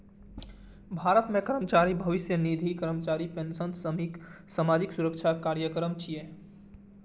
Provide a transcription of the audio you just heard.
भारत मे कर्मचारी भविष्य निधि, कर्मचारी पेंशन स्कीम सामाजिक सुरक्षा कार्यक्रम छियै